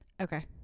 Okay